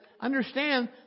understand